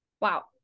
wow